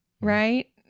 right